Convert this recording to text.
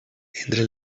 entre